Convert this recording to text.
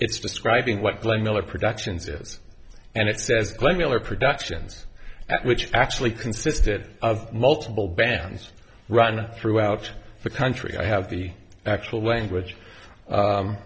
it's describing what glenn miller production did and it says glenn miller productions which actually consisted of multiple bands run throughout the country i have the actual language